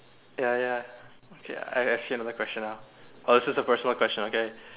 ya ya ya okay I ask you another question ah oh this is a personal question okay